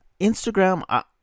Instagram